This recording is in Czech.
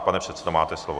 Pane předsedo, máte slovo.